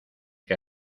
que